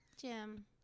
Jim